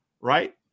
right